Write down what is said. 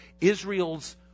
Israel's